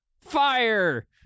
Fire